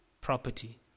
property